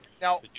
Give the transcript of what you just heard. now